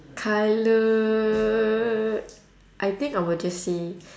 colour I think I will just say